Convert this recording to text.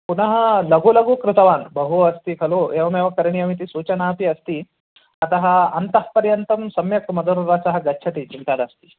पुनः लघु लघु कृतवान् बहु अस्ति खलु एवमेव करणीयमिति सूचना अपि अस्ति अतः अन्तःपर्यन्तं सम्यक् मधुरवासः गच्छति चिन्ता नास्ति